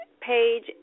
page